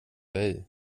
dig